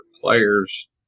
players